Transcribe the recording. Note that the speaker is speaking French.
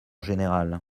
général